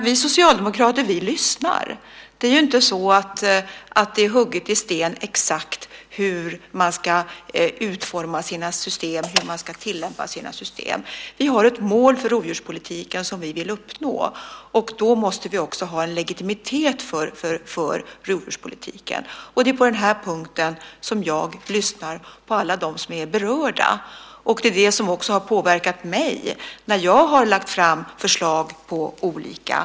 Vi socialdemokrater lyssnar. Det är ju inte så att det är hugget i sten exakt hur man ska utforma sina system, hur man ska tillämpa sina system. Vi har ett mål för rovdjurspolitiken som vi vill uppnå. Vi måste då också ha legitimitet för rovdjurspolitiken. Det är på den punkten som jag lyssnar på alla dem som är berörda. Det är också det som har påverkat mig när jag har lagt fram förslag på åtgärder.